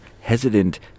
hesitant